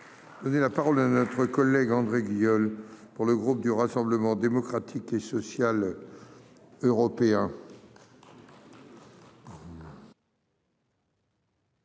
Donner la parole à notre collègue André Guillaume pour le groupe du Rassemblement démocratique et social européen.